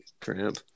cramp